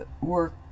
work